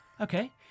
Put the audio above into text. okay